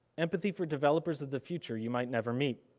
empathy for developers of the future you might never meet.